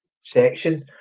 section